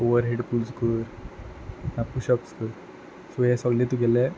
over had moves कर ना push ups कर सो हे सगले तुगेले